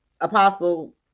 Apostle